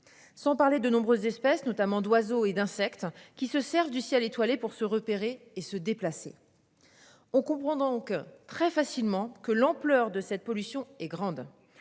Sans parler de nombreuses espèces notamment d'oiseaux et d'insectes qui se servent du ciel étoilé pour se repérer et se déplacer. On comprend donc très facilement que l'ampleur de cette pollution est grande.